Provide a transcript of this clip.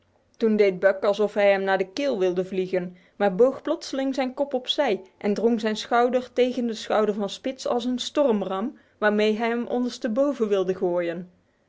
toen deed buck alsof hij hem naar de keel wilde vliegen maar boog plotseling zijn kop op zij en drong zijn schouder tegen de schouder van spitz als een stormram waarmee hij hem ondersteboven wilde gooien